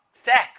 sex